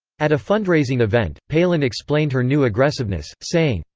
at a fundraising event, palin explained her new aggressiveness, saying,